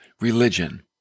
religion